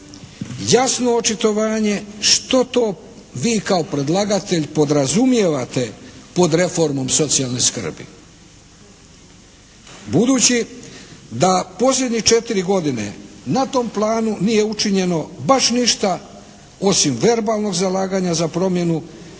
jasno očitovanje što to vi kao predlagatelj podrazumijevate pod reformom socijalne skrbi. Budući da posljednje četiri godine na tom planu nije učinjeno baš ništa osim verbalnog zalaganja za promjenu